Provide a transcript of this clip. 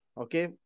Okay